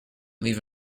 leave